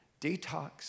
detox